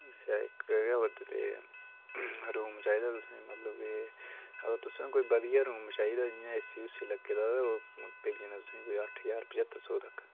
अच्छा इक गै बंदे लेई रूम चाहिदा तुसेंगी मतलब के अगर तुसें कोई बधिया रूम चाहिदा जियां ए सी उ सी लग्गे दा ते ओह् पेई जाना तुसें कोई अट्ठ ज्हार पचत्तर सौ तकर